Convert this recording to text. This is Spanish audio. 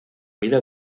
vida